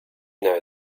know